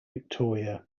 victoria